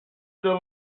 still